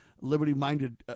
liberty-minded